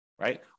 right